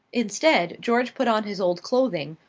instead george put on his old clothing,